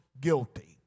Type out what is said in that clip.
guilty